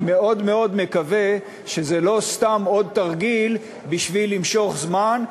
אני מאוד מאוד מקווה שזה לא סתם עוד תרגיל בשביל למשוך זמן,